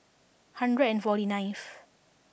hundred and forty ninth